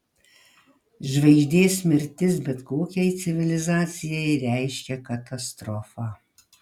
žvaigždės mirtis bet kokiai civilizacijai reiškia katastrofą